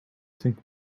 think